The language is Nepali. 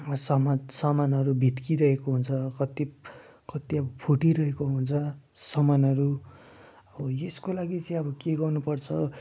सामान सामानहरू भत्किरहेको हुन्छ कति कति अब फुटिरहेको हुन्छ सामानहरू अब यसको लागि चाहिँ अब के गर्नुपर्छ